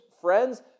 friends